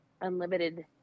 unlimited